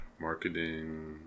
marketing